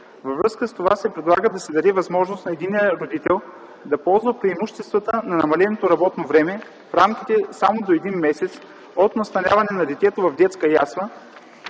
Във връзка с това се предлага да се даде възможност на единия родител да ползва преимуществата на намаленото работно време в рамките само до един месец от настаняването на детето в детска ясла